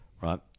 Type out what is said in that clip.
right